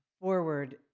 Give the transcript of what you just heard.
forward